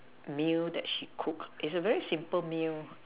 meal that she cooked is a very simple meal